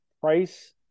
price